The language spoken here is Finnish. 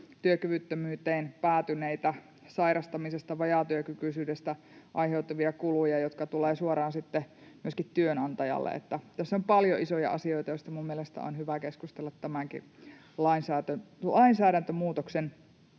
työkyvyttömyyteen päätyneitä, sairastamisesta ja vajaatyökykyisyydestä aiheutuvia kuluja, jotka tulevat suoraan sitten myöskin työnantajalle. Tässä on paljon isoja asioita, joista minun mielestäni on hyvä keskustella tämänkin lainsäädäntömuutoksen